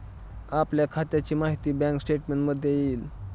आपल्या खात्याची माहिती बँक स्टेटमेंटमध्ये येईल